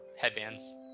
headbands